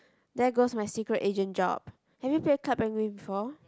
there goes my secret agent job have you play Club Penguin before